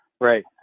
right